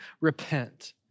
repent